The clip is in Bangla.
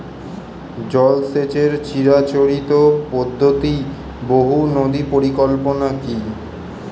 জল সেচের চিরাচরিত পদ্ধতি বহু নদী পরিকল্পনা কি?